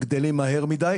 גדלים מהר מדי,